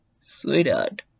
Sweetheart